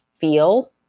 feel